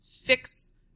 fix